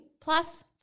plus